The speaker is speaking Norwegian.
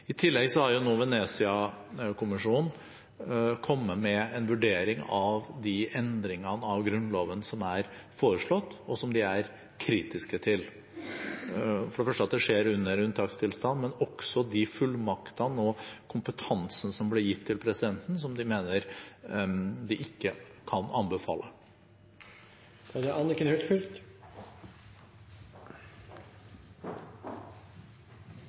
I tillegg har Venezia-kommisjonen nå kommet med en vurdering av de endringene av grunnloven som er foreslått, og som de er kritiske til: for det første at det skjer under unntakstilstand, men også de fullmaktene og kompetansene som ble gitt til presidenten, som de mener de ikke kan anbefale. Ikke bare er